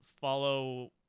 follow